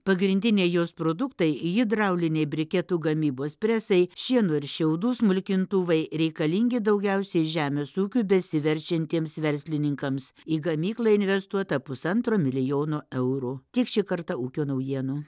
pagrindiniai jos produktai hidrauliniai briketų gamybos presai šieno ir šiaudų smulkintuvai reikalingi daugiausiai žemės ūkiu besiverčiantiems verslininkams į gamyklą investuota pusantro milijono eurų tiek šį kartą ūkio naujienų